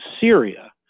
Syria